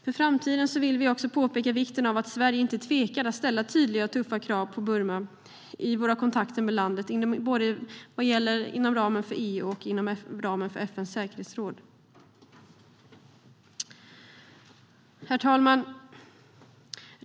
För framtiden vill vi också påpeka vikten av att Sverige inte tvekar att ställa tydliga och tuffa krav på Burma i våra kontakter med landet inom ramen för EU och inom ramen för FN:s säkerhetsråd. Herr talman!